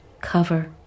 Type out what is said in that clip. cover